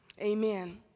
Amen